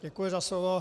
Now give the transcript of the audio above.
Děkuji za slovo.